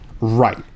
Right